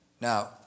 Now